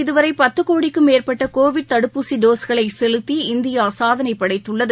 இதுவரைபத்துகோடிக்கும் மேற்பட்டகோவிட் தடுப்பூசிடோஸ்களைசெலுத்தி நாட்டில் இந்தியாசாதனைபடைத்துள்ளது